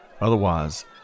Otherwise